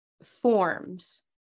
forms